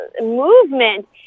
movement